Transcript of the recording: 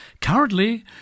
currently